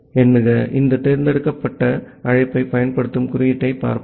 ஆகவே இந்த தேர்ந்தெடுக்கப்பட்ட அழைப்பைப் பயன்படுத்தும் குறியீட்டைப் பார்ப்போம்